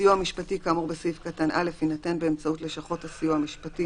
סיוע משפטי כאמור בסעיף קטן (א) יינתן באמצעות לשכות הסיוע המשפטי